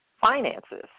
finances